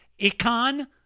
Icon